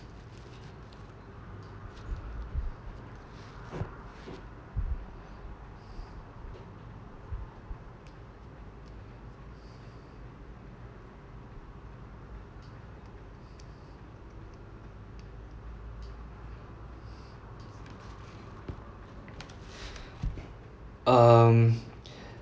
um